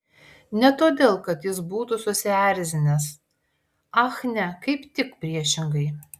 ne todėl kad jis būtų susierzinęs ach ne kaip tik priešingai